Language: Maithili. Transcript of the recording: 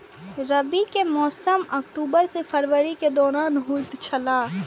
रबी के मौसम अक्टूबर से फरवरी के दौरान होतय छला